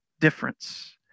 difference